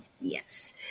yes